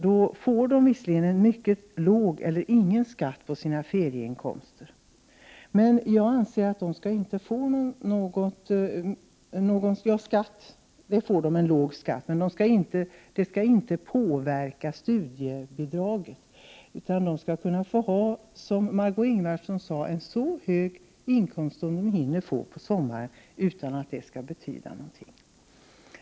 De behöver visserligen bara betala låg skatt på sina ferieinkomster, men jag anser att detta inte skall påverka möjligheterna att få studiebidrag. De skall kunna ha, som Marg6ö Ingvardsson sade, en så hög inkomst som de hinner få under sommaren utan att det skall ha betydelse i studiebidragssammanhang.